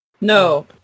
No